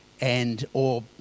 and—or